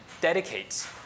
dedicates